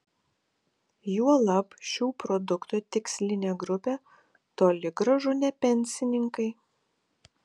juolab šių produktų tikslinė grupė toli gražu ne pensininkai